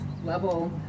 level